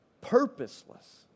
purposeless